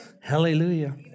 Hallelujah